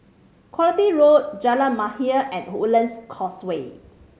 Quality Road Jalan Mahir and Woodlands Causeway